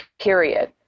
period